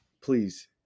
Please